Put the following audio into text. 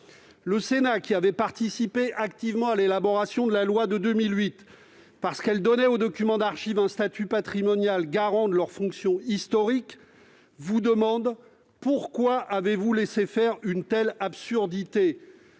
Le Sénat, qui avait participé activement à l'élaboration de la loi de 2008, parce qu'elle donnait aux documents d'archives un statut patrimonial garant de leur fonction historique, vous demande pourquoi on a laissé faire une telle absurdité.